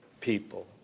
people